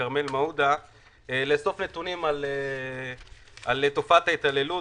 כרמל מעודה בבקשה לאסוף נתונים על תופעת ההתעללות